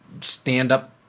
stand-up